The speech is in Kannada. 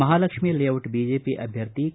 ಮಹಾಲಕ್ಷ್ಮೀ ಲೇಡಿಟ್ ಬಿಜೆಪಿ ಅಭ್ಯರ್ಥಿ ಕೆ